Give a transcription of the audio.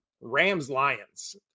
Rams-Lions